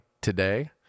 today